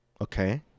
okay